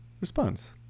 response